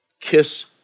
Kiss